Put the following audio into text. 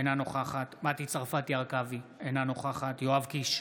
אינה נוכחת מטי צרפתי הרכבי, אינה נוכחת יואב קיש,